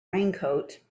raincoat